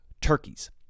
turkeys